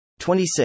26